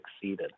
succeeded